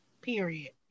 period